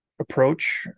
approach